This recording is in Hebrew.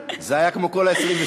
זהבה, זה היה כמו כל ה-22.